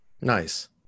Nice